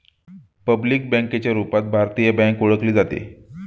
public बँकेच्या रूपात भारतीय बँक ओळखली जाते